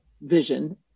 vision